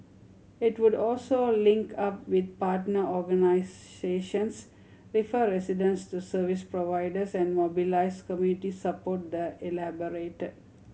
it would also link up with partner organisations refer residents to service providers and mobilise community support the elaborated